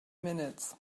minutes